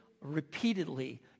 repeatedly